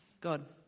God